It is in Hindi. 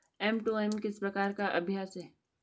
एम.टू.एम किस प्रकार का अभ्यास है?